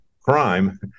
crime